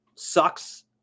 Sucks